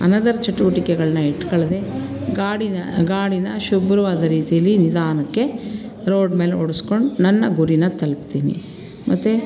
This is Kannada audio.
ಅನದರ್ ಚಟುವಟಿಕೆಗಳನ್ನ ಇಟ್ಕೊಳ್ದೆ ಗಾಡಿನ ಗಾಡಿನ ಶುಭ್ರವಾದ ರೀತಿಯಲ್ಲಿ ನಿಧಾನಕ್ಕೆ ರೋಡ್ ಮೇಲೆ ಓಡಿಸ್ಕೊಂಡು ನನ್ನ ಗುರಿನ ತಲುಪ್ತೀನಿ ಮತ್ತು